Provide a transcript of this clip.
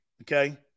okay